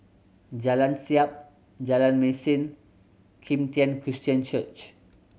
Jalan Siap Jalan Mesin Kim Tian Christian Church